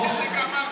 איזה גמרתי?